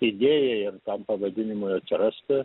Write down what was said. idėją pavadinimui atsirasti